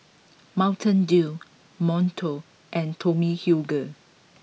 Mountain Dew Monto and Tommy Hilfiger